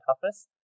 toughest